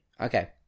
Okay